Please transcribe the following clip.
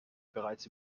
bereits